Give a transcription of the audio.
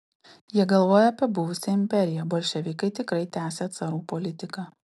jie galvoja apie buvusią imperiją bolševikai tikrai tęsią carų politiką